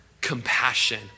compassion